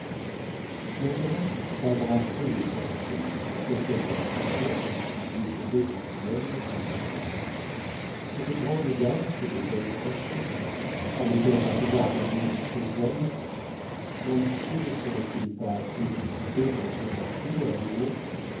maintenant embrassez les pensées qui durent assaillir lucien pendant qu'il descendait d'angoulême à l'houmeau cette grande dame s'était-elle fâchée allait-elle recevoir david chez elle l'ambitieux ne serait-il pas précipité dans son trou à